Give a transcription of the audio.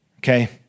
Okay